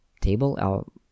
table